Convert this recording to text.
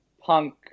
punk